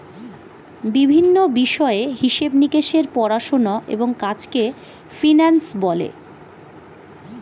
বিভিন্ন বিষয়ের হিসেব নিকেশের পড়াশোনা এবং কাজকে ফিন্যান্স বলে